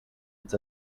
its